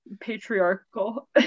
patriarchal